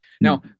Now